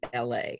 LA